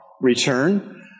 return